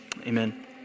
Amen